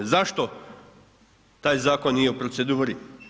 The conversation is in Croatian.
Zašto taj zakon nije u proceduri?